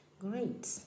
great